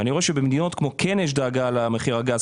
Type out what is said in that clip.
אני רואה במדינות שכן יש דאגה ממחיר הגז,